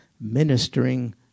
Ministering